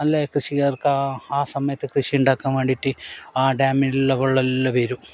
നല്ല കൃഷിക്കാർക്ക് ആ സമയത്തു കൃഷി ഉണ്ടാക്കാൻ വേണ്ടിയിട്ട് ആ ഡാമിലുള്ള വെള്ളമെല്ലാം വരും